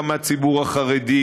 גם מהציבור החרדי,